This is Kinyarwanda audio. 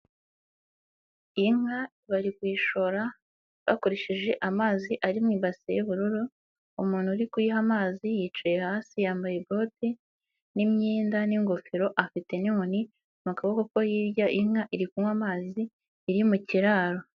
Inka bari kuyishora bakoresheje amazi ari mu ibase y'ubururu, umuntu uri kuyiha amazi yicaye hasi yambaye bote n'imyenda n'ingofero, afite n'inkoni mu kuboko ko hirya, inka iri kunywa amazi, iri mu kiraro.